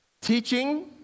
teaching